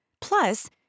Plus